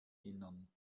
innern